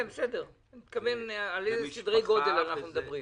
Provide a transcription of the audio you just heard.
אני שואל על איזה סדרי גודל אנחנו מדברים.